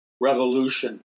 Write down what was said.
revolution